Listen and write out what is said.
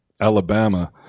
Alabama